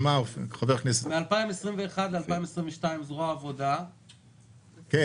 מ-2021 ל-2022 זרוע העבודה יורד,